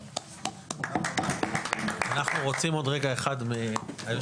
הישיבה ננעלה בשעה 13:53.